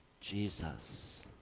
Jesus